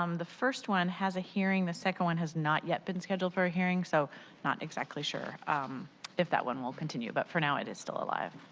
um the first one has a hearing. the second one has not yet been scheduled for a hearing, so not exactly sure if that one will continue, but for now it is still alive.